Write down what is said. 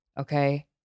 Okay